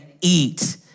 eat